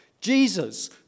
Jesus